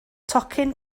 tocyn